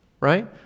Right